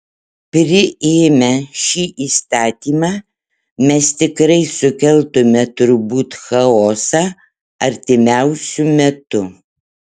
priėmę šitą įstatymą mes tikrai sukeltumėme turbūt chaosą artimiausiu metu